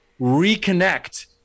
reconnect